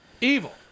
Evil